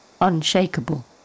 unshakable